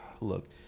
look